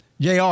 Jr